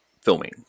filming